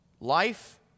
Life